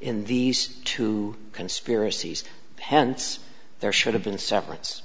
in these two conspiracies hence there should have been severance